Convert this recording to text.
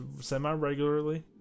semi-regularly